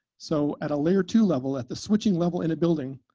so at a layer two level, at the switching level in a building,